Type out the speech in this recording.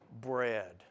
bread